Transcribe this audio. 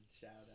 shout-out